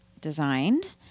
designed